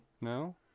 No